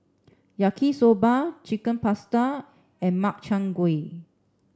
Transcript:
Yaki Soba Chicken Pasta and Makchang Gui